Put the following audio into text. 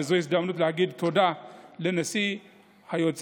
וזו הזדמנות להגיד תודה לנשיא היוצא,